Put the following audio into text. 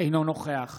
אינו נוכח